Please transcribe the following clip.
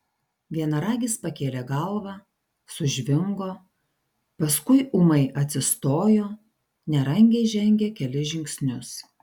vienaragis pakėlė galvą sužvingo paskui ūmai atsistojo nerangiai žengė kelis žingsnius